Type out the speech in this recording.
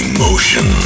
Emotion